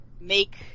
make